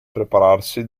prepararsi